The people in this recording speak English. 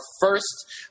first –